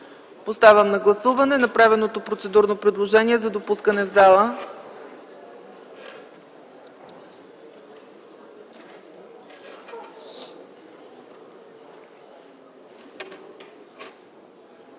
Подлагам на гласуване направеното процедурно предложение за допускане в залата.